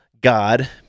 God